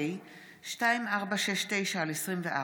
פ/2469/24